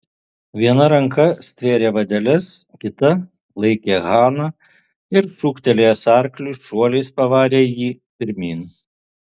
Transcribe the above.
viena ranka stvėrė vadeles kita laikė haną ir šūktelėjęs arkliui šuoliais pavarė jį pirmyn